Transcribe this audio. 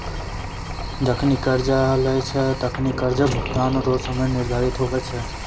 जखनि कर्जा लेय छै तखनि कर्जा भुगतान रो समय निर्धारित हुवै छै